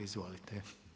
Izvolite.